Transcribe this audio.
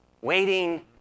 waiting